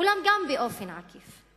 אולם גם באופן עקיף,